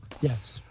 Yes